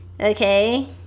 okay